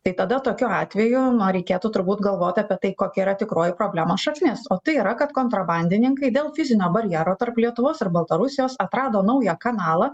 tai tada tokiu atveju nu reikėtų turbūt galvoti apie tai kokia yra tikroji problemos šaknis o tai yra kad kontrabandininkai dėl fizinio barjero tarp lietuvos ir baltarusijos atrado naują kanalą